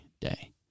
day